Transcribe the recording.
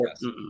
yes